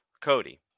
Cody